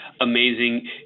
amazing